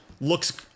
looks